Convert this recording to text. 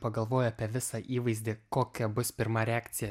pagalvoju apie visą įvaizdį kokia bus pirma reakcija